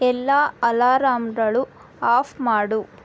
ಎಲ್ಲ ಅಲಾರಾಂಗಳು ಆಫ್ ಮಾಡು